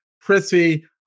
prissy